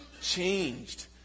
changed